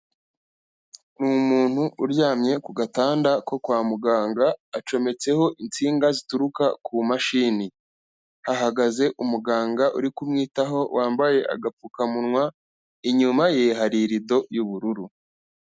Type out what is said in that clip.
Ni umuntu uryamye ku gatanda ko kwa muganga acyometseho insinga zituruka ku mashini. Hahagaze umuganga uri kumwitaho wambaye agapfukamunwa, inyuma ye hari irido y'ubururu.